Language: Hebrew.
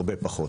הרבה פחות